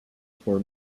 for